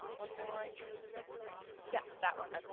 one more i think yes that one.